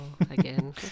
again